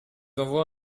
envoie